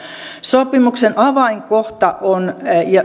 sopimuksen avainkohta on